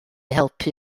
helpu